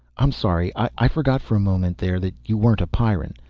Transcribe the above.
i'm sorry. i forgot for a moment there that you weren't a pyrran.